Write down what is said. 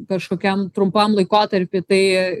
kažkokiam trumpam laikotarpiui tai